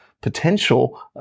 potential